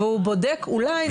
והוא בודק אולי.